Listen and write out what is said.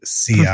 CI